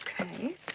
okay